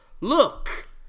Look